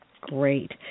great